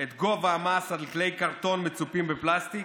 את גובה המס על כלי קרטון מצופים בפלסטיק,